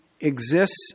exists